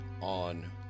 on